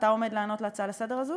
אתה עומד לענות על ההצעה הזאת לסדר-היום?